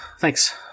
Thanks